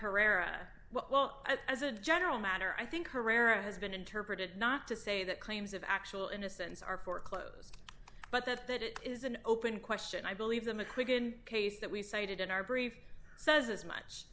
herrera well as a general matter i think herrera has been interpreted not to say that claims of actual innocence are foreclosed but that that it is an open question i believe the macwhich in case that we cited in our brief says much